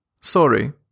Sorry